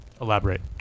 Elaborate